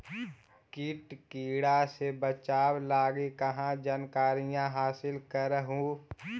किट किड़ा से बचाब लगी कहा जानकारीया हासिल कर हू?